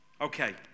Okay